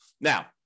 Now